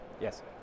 Yes